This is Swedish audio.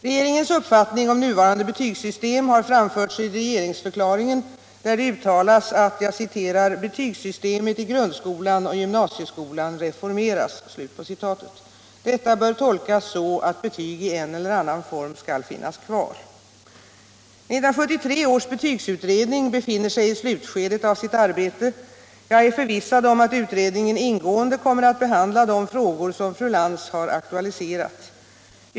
Regeringens uppfattning om nuvarande betygssystem har framförts i regeringsförklaringen, där det uttalas att ”Betygssystemet i grundskolan och gymnasieskolan reformeras.” Detta bör tolkas så att betyg i en eller annan form skall finnas kvar. 1973 års betygsutredning befinner sig i slutskedet av sitt arbete. Jag är förvissad om att utredningen ingående kommer att behandla de frågor som fru Lantz har aktualiserat.